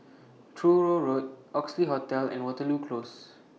Truro Road Oxley Hotel and Waterloo Close